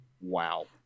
Wow